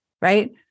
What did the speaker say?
right